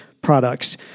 Products